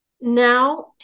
now